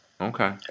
Okay